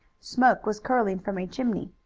smoke was curling from a chimney.